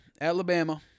Alabama